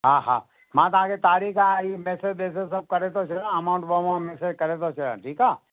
हा हा मां तव्हांखे तारीख़ ऐं हीअ मैसेज वैसिज सभु करे थो छॾियां अमाउंट वमाउंट मैसेज करे थो छॾियां ठीकु आहे